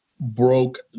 broke